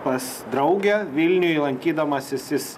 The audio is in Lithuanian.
pas draugę vilniuj lankydamasis jis